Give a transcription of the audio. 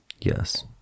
Yes